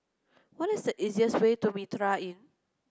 what is the easiest way to Mitraa Inn